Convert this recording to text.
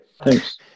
Thanks